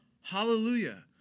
Hallelujah